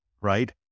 right